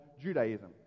judaism